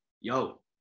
yo